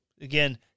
Again